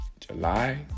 July